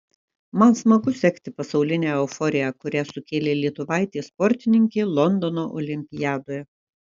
man smagu sekti pasaulinę euforiją kurią sukėlė lietuvaitė sportininkė londono olimpiadoje